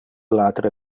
latere